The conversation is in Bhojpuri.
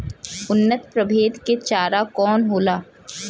उन्नत प्रभेद के चारा कौन होला?